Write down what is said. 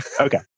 okay